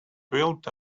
built